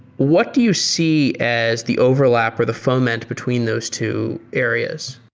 what do you see as the overlap or the foment between those two areas?